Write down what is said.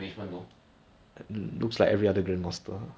quite leh depends on heros ah some heros can self build